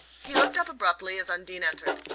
he looked up abruptly as undine entered.